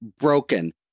broken